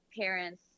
parents